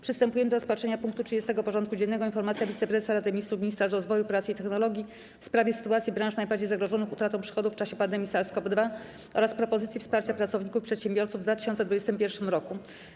Przystępujemy do rozpatrzenia punktu 30. porządku dziennego: Informacja Wiceprezesa Rady Ministrów, Ministra Rozwoju, Pracy i Technologii w sprawie sytuacji branż najbardziej zagrożonych utratą przychodów w czasie pandemii SARS-CoV-2 oraz propozycji wsparcia pracowników i przedsiębiorców w 2021 roku.